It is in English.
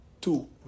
two